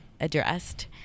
addressed